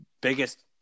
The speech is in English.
biggest